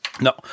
No